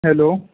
hello